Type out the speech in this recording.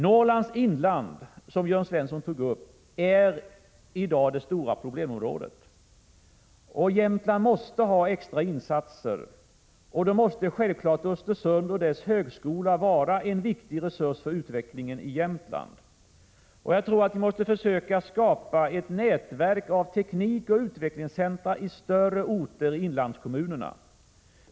Norrlands inland, som Jörn Svensson tog upp, är i dag det stora problemområdet. När det gäller Jämtland måste det göras extra insatser, och då måste självfallet Östersund och dess högskola vara en viktig resurs för utvecklingen i Jämtland. Vi måste försöka skapa ett nätverk av teknikoch utvecklingscentra i större orter i inlandskommunerna.